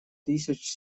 тысяч